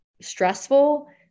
stressful